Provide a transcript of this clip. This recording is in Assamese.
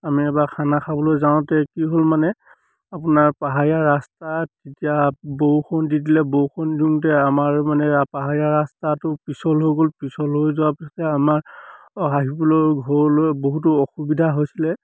আমি এবাৰ খানা খাবলৈ যাওঁতে কি হ'ল মানে আপোনাৰ পাহাৰীয়া ৰাস্তাত তেতিয়া বৰষুণ দি দিলে বৰষুণ দিওঁতে আমাৰ মানে পাহাৰীয়া ৰাস্তাটো পিছল হৈ গ'ল পিছল হৈ যোৱাৰ পিছতে আমাৰ আহিবলৈ ঘৰলৈ বহুতো অসুবিধা হৈছিলে